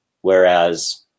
Whereas